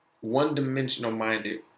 one-dimensional-minded